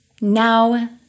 now